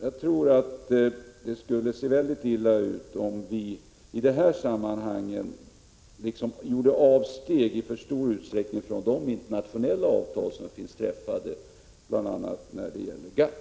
Jag tror att det skulle se mycket illa ut om vi i dessa sammanhang alltför stor utsträckning gjorde avsteg från de internationella avtal som finns träffade, bl.a. i GATT.